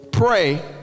Pray